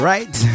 Right